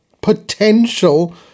potential